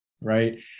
right